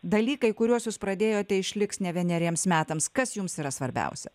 dalykai kuriuos jūs pradėjote išliks ne vieneriems metams kas jums yra svarbiausia